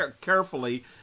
carefully